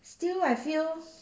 still I feel